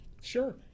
Sure